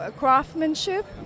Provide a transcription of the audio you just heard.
craftsmanship